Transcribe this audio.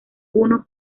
puno